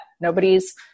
Nobody's